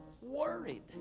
worried